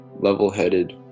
level-headed